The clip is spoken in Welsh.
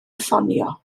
ffonio